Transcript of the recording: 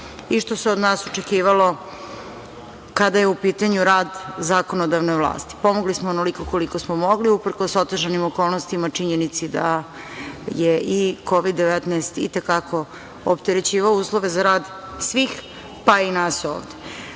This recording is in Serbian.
i što se od nas očekivalo kada je rad zakonodavne vlasti. Pomogli smo onoliko koliko smo mogli uprkos otežanim okolnostima, činjenici da je i Kovid - 19 i te kako opterećivao uslove za rad svih, pa i nas